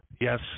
yes